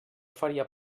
faria